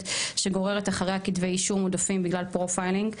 שגוררת אחריה כתבי אישום עודפים בגלל פרופיילינג.